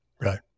Right